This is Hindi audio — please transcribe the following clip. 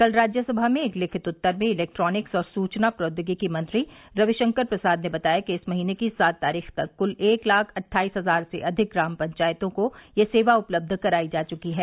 कल राज्यसभा में एक लिखित उत्तर में इलेक्ट्रॉनिक्स और सुचना प्रौद्योगिकी मंत्री रविशंकर प्रसाद ने बताया कि इस महीने की सात तारीख तक कुल एक लाख अट्ठाईस हजार से अविक ग्राम पंचायतों को यह सेवा उपलब्ध कराई जा चुकी है